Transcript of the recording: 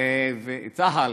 צה"ל,